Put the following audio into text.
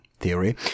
theory